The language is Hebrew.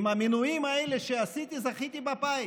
עם המינויים האלה שעשיתי זכיתי בפיס.